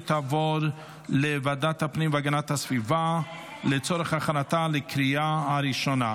ותעבור לוועדת הפנים והגנת הסביבה לצורך הכנתה לקריאה הראשונה.